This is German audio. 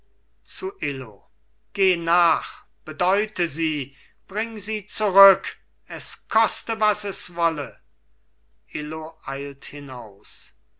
zu illo geh nach bedeute sie bring sie zurück es koste was es wolle illo eilt hinaus